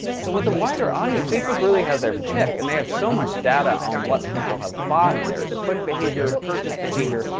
so with a wider audience, facebook really has their pick. and they have so much data on what people have bought in their click behavior, purchase behavior,